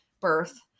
birth